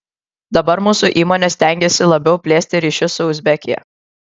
dabar mūsų įmonė stengiasi labiau plėsti ryšius su uzbekija